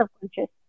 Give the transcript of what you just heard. subconscious